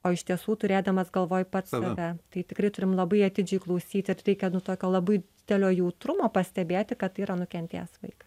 o iš tiesų turėdamas galvoj pats save tai tikrai turim labai atidžiai klausyti ir reikia nu tokio labai delio jautrumo pastebėti kad tai yra nukentėjęs vaikas